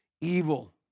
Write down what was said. evil